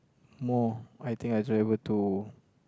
more I think I travel to